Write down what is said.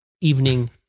evening